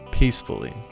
peacefully